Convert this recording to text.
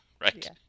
Right